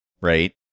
right